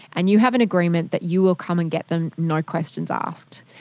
and you have an agreement that you will come and get them, no questions asked.